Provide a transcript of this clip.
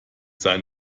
sein